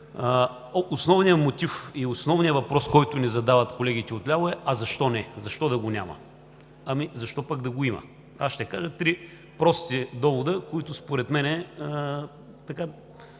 Основният мотив и основният въпрос, който ни задават колегите отляво, е: „А, защо не? Защо да го няма?“. Ами, защо пък да го има? Аз ще кажа три прости довода, които според мен,